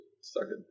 started